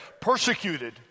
persecuted